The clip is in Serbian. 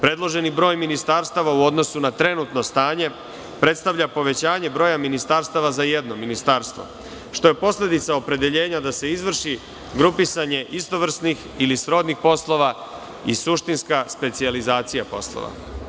Predloženi broj ministarstava u odnosu na trenutno stanje, predstavlja povećanje broja ministarstava za jedno ministarstvo, a što je posledica opredeljenja grupisanje istovrsnih ili srodnih poslova, i suštinska specijalizacija poslova.